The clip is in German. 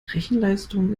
rechenleistung